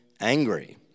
angry